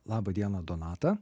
labą dieną donatą